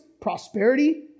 prosperity